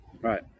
right